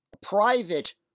private